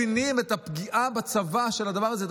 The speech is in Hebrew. אתם לא מבינים את הפגיעה בצבא של הדבר הזה,